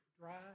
dry